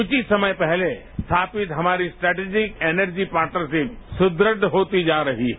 कुछ ही समय पहले स्थापित हमारी स्ट्रेटेजिक एनर्जी पार्टनरशिप सुदृढ़ होती जा रही है